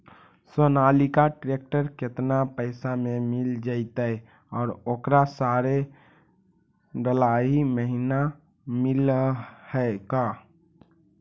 Sonalika tractor केतना पैसा में मिल जइतै और ओकरा सारे डलाहि महिना मिलअ है का?